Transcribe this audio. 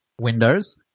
Windows